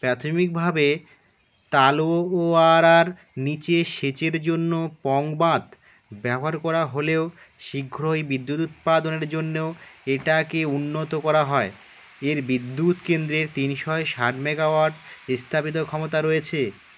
প্রাথমিকভাবে তালোওয়ারার নীচে সেচের জন্য পং বাঁথ ব্যবহার করা হলেও শীঘ্রই বিদ্যুৎ উৎপাদনের জন্যও এটাকে উন্নত করা হয় এর বিদ্যুৎ কেন্দ্রের তিনশো ষাট মেগাওয়াট স্থাপিত ক্ষমতা রয়েছে